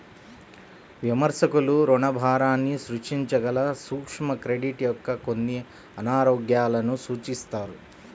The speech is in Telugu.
విమర్శకులు రుణభారాన్ని సృష్టించగల సూక్ష్మ క్రెడిట్ యొక్క కొన్ని అనారోగ్యాలను సూచిస్తారు